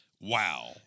Wow